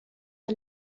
por